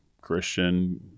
Christian